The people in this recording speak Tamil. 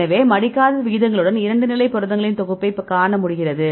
எனவே மடிக்காத விகிதங்களுடன் 2 நிலை புரதங்களின் தொகுப்பை காண முடிகிறது